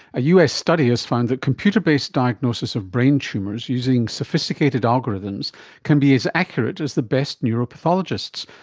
a us study has found that computer-based diagnosis of brain tumours using sophisticated algorithms can be as accurate as the best neuropathologists,